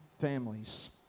families